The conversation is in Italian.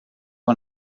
non